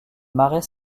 marais